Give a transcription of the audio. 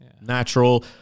Natural